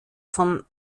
vom